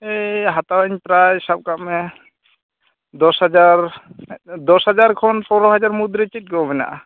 ᱮᱭ ᱦᱟᱛᱟᱣ ᱤᱧ ᱯᱮᱨᱟᱭ ᱥᱟᱵ ᱠᱟᱜ ᱢᱮ ᱫᱚᱥ ᱦᱟᱡᱟᱨ ᱫᱚᱥ ᱦᱟᱡᱟᱨ ᱠᱷᱚᱱ ᱯᱚᱱᱚᱨᱳ ᱦᱟᱡᱟᱨ ᱢᱩᱫᱽ ᱨᱮ ᱪᱮᱫ ᱠᱚ ᱢᱮᱱᱟᱜᱼᱟ